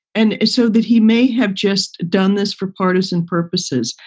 and so that he may have just done this for partisan purposes.